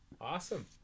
Awesome